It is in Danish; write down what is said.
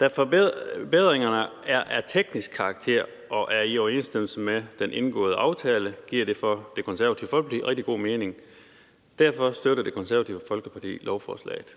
Da forbedringerne er af teknisk karakter og er i overensstemmelse med den indgåede aftale, giver det for Det Konservative Folkeparti rigtig god mening. Derfor støtter Det Konservative Folkeparti lovforslaget.